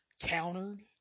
countered